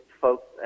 folks